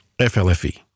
FLFE